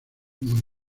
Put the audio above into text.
muy